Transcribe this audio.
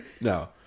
no